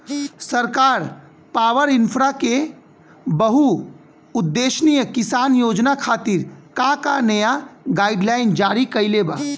सरकार पॉवरइन्फ्रा के बहुउद्देश्यीय किसान योजना खातिर का का नया गाइडलाइन जारी कइले बा?